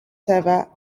server